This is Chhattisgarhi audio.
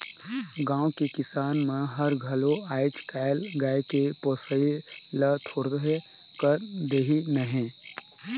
गाँव के किसान मन हर घलो आयज कायल गाय के पोसई ल थोरहें कर देहिनहे